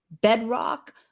bedrock